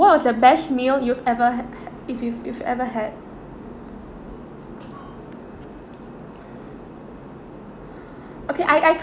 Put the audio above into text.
what was the meal you've ever ha~ ha~ if you you've ever had okay I I